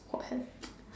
what